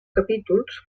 capítols